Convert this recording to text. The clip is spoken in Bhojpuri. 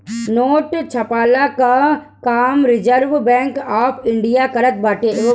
नोट छ्पला कअ काम रिजर्व बैंक ऑफ़ इंडिया करत बाटे